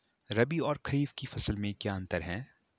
रबी और खरीफ की फसल में क्या अंतर है?